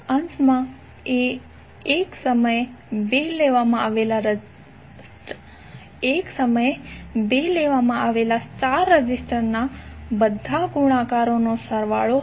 અંશમાં એક સમયે 2 લેવામાં આવેલા સ્ટાર રેઝિસ્ટરના બધા ગુણાકારોનો સરવાળો હશે